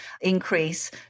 increase